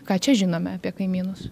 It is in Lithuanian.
ką čia žinome apie kaimynus